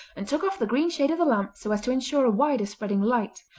and took off the green shade of the lamp so as to insure a wider spreading light.